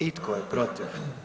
I tko je protiv?